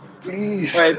Please